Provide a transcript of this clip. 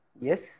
yes